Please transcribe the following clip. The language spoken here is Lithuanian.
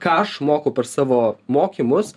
ką aš moku per savo mokymus